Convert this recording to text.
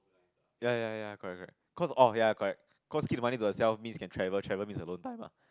ya ya ya correct correct cause orh ya correct cause keep the money to herself means can travel travel means alone time lah